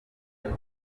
kuri